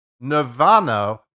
nirvana